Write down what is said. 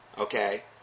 Okay